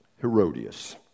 Herodias